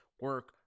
Work